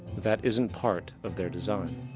that isn't part of their design.